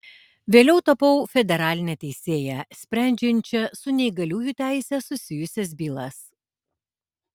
vėliau tapau federaline teisėja sprendžiančia su neįgaliųjų teise susijusias bylas